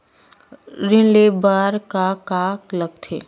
ऋण ले बर का का लगथे?